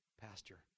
Pastor